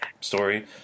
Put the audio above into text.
story